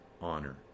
honor